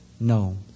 no